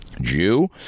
Jew